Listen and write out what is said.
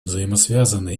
взаимосвязаны